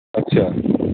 ਅੱਛਾ